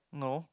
no